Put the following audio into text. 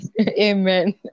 Amen